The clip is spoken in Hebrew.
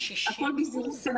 הכול בזהירות,